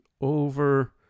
over